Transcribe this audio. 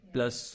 Plus